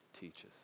teaches